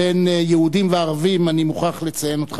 בין יהודים וערבים, אני מוכרח לציין אותך